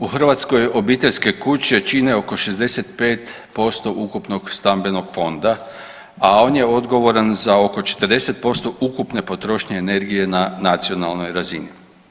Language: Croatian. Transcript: U Hrvatskoj obiteljske kuće čine oko 65% ukupnog stambenog fonda, a on je odgovoran za oko 40% ukupne potrošnje energije na nacionalnoj razini.